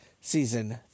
Season